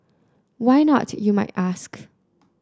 why not you might ask